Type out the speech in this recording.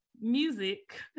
music